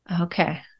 okay